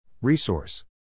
Resource